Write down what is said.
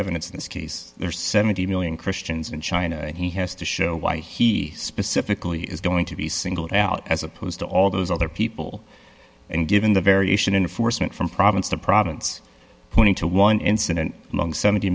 evidence in this case there are seventy million christians in china and he has to show why he specifically is going to be singled out as opposed to all those other people and given the variation in the force went from province to province twenty to one incident long seventy